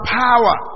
power